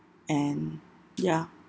and ya